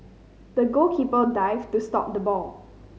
the goalkeeper dived to stop the ball